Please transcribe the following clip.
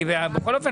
הניסוח שלפניכם.